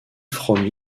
from